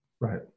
Right